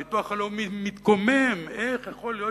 הביטוח הלאומי מתקומם: איך יכול להיות